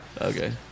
Okay